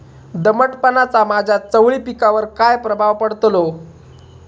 दमटपणाचा माझ्या चवळी पिकावर काय प्रभाव पडतलो?